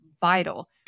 vital